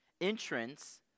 Entrance